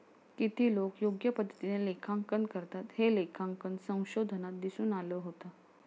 किती लोकं योग्य पद्धतीने लेखांकन करतात, हे लेखांकन संशोधनात दिसून आलं होतं